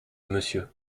monsieur